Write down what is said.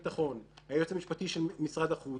היועץ המשפטי של משרד הביטחון,